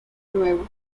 nuevo